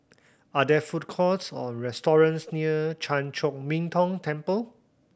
are there food courts or restaurants near Chan Chor Min Tong Temple